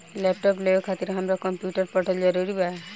Laptop लेवे खातिर हमरा कम्प्युटर पढ़ल जरूरी बा?